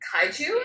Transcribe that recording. kaiju